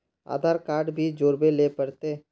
आधार card भी जोरबे ले पड़ते?